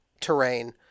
terrain